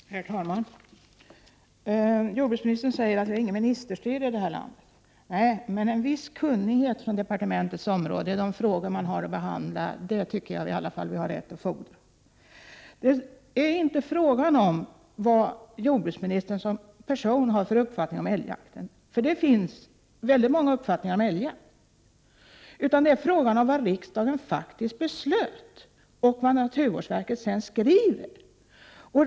Herr talman! Jordbruksministern sade att vi inte har något ministerstyre i det här landet. Det är riktigt, men en viss kunnighet i de frågor som departementet har att behandla tycker jag att vi har rätt att fordra. Det är inte fråga om vad jordbruksministern som person har för uppfattning om älgjakten. Det finns väldigt många olika uppfattningar i det sammanhanget. Det är i stället fråga om vad riksdagen faktiskt beslutat och vad naturvårdsverket sedan skriver.